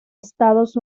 estados